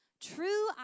True